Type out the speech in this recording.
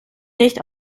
nicht